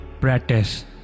practice